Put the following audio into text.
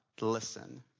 listen